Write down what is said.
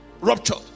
ruptured